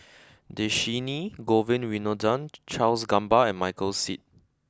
Dhershini Govin Winodan Charles Gamba and Michael Seet